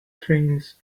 trains